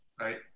right